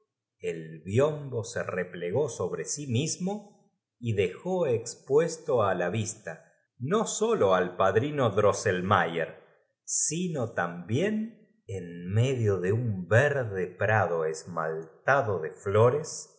el biombo se replegó sobre sí mismo y déjó expuesto á la vista no sólo al padrino dt osselmayer si no tam i n en medio de un verde prado esmaltado de flores